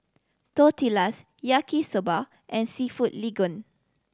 Tortillas Yaki Soba and Seafood Linguine